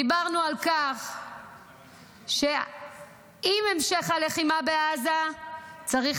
דיברנו על כך שעם המשך הלחימה בעזה צריך